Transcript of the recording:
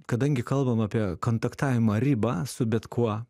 kadangi kalbam apie kontaktavimo ribą su bet kuo